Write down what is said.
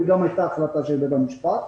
וגם הייתה החלטה של בית המשפט.